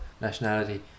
nationality